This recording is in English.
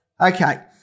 Okay